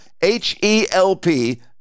H-E-L-P